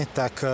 tak